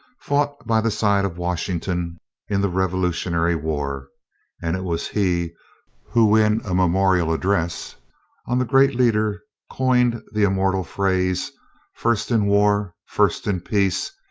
fought by the side of washington in the revolutionary war and it was he who in a memorial address on the great leader coined the immortal phrase first in war, first in peace,